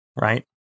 Right